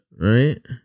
right